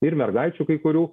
ir mergaičių kai kurių